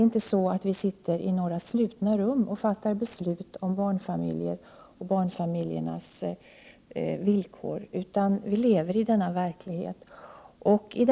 Vi sitter inte i några slutna rum och fattar beslut om barnfamiljerna och deras villkor, utan vi lever i denna verklighet.